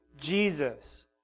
Jesus